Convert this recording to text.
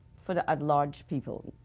for the at-large people.